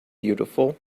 beautiful